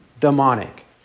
demonic